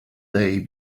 they